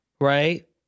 right